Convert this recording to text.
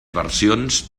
versions